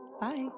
Bye